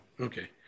Okay